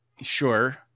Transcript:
Sure